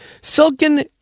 silken